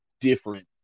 different